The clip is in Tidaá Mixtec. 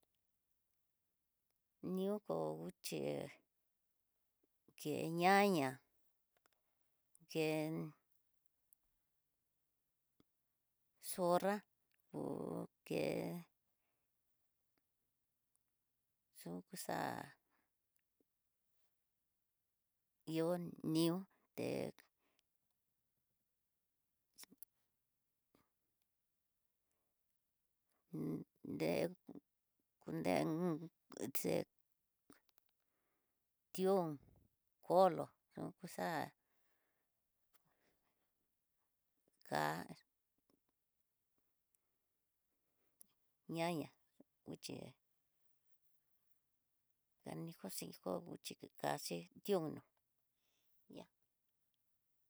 Nioko nguché ke ñaña, ke zorra, hú ke xukuxa'a ihó nió té, dé, de uxé, tión, kolo, yokuxa'a, ká ñaña kuchi kanijo xijó, kuxhi kaxi tionó yá.